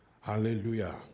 Hallelujah